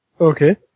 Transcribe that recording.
Okay